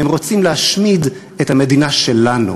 הם רוצים להשמיד את המדינה שלנו,